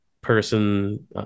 person